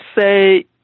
say